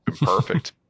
perfect